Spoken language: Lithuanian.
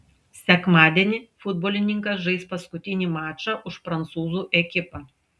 sekmadienį futbolininkas žais paskutinį mačą už prancūzų ekipą